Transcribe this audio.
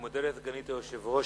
אני מודה לסגנית היושב-ראש,